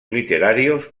literarios